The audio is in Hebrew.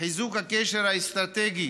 וחיזוק הקשר האסטרטגי